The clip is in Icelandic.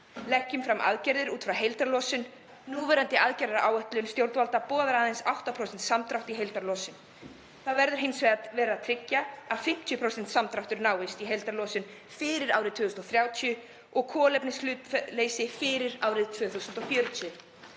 Leggjum fram aðgerðir út frá heildarlosun. Núverandi aðgerðaáætlun stjórnvalda boðar aðeins 8% samdrátt í heildarlosun. Hins vegar verður að tryggja að 50% samdráttur náist í heildarlosun fyrir árið 2030 og kolefnishlutleysi fyrir árið 2040.